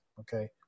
okay